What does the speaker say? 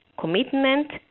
commitment